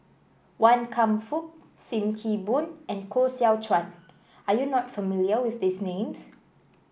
Wan Kam Fook Sim Kee Boon and Koh Seow Chuan are you not familiar with these names